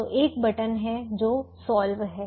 तो एक बटन है जो सॉल्व है